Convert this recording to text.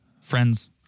Friends